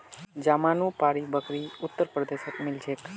जमानुपारी बकरी उत्तर प्रदेशत मिल छे